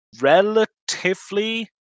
relatively